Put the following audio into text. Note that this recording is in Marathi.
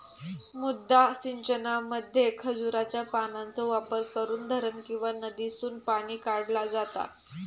मुद्दा सिंचनामध्ये खजुराच्या पानांचो वापर करून धरण किंवा नदीसून पाणी काढला जाता